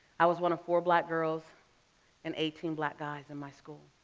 i was one of four black girls and eighteen black guys in my school.